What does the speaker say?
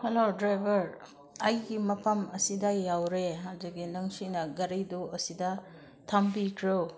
hello driver ꯑꯩꯒꯤ ꯃꯐꯝ ꯑꯁꯤꯗ ꯌꯧꯔꯦ ꯑꯗꯨꯒꯤ ꯅꯪꯁꯤꯅ ꯒꯥꯔꯤꯗꯨ ꯑꯁꯤꯗ ꯊꯝꯕꯤꯗ꯭ꯔꯣ